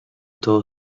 todo